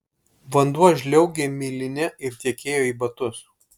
vanduo žliaugė miline ir tekėjo į batus